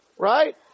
Right